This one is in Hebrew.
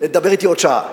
דבר אתי עוד שעה.